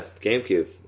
GameCube